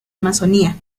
amazonia